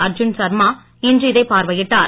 அர்ஜுன் சர்மா இன்று இதைப் பார்வையிட்டார்